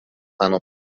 فنا